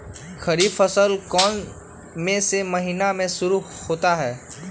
खरीफ फसल कौन में से महीने से शुरू होता है?